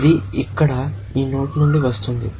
ఇది ఇక్కడ ఈ నోడ్ నుండి వస్తోంది